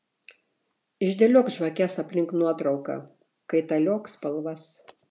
išdėliok žvakes aplink nuotrauką kaitaliok spalvas